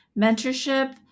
mentorship